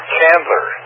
Chandler